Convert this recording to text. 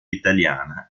italiana